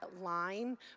line